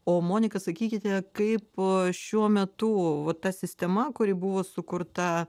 o monika sakykite kaip šiuo metu va ta sistema kuri buvo sukurta